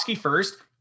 first